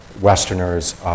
Westerners